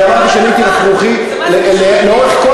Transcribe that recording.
אני אמרתי שאני הייתי רכרוכי לאורך כל